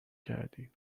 کردی